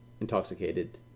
intoxicated